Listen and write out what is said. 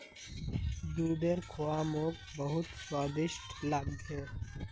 दूधेर खुआ मोक बहुत स्वादिष्ट लाग छ